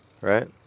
right